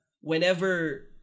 whenever